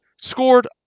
scored